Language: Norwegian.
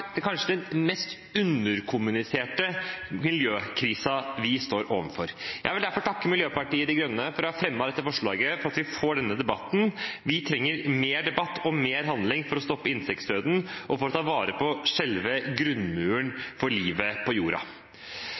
den mest underkommuniserte miljøkrisen vi står overfor. Jeg vil derfor takke Miljøpartiet De Grønne for å ha fremmet dette forslaget og for at vi får denne debatten. Vi trenger mer debatt og mer handling for å stoppe insektdøden og for å ta vare på selve grunnmuren for livet på jorda.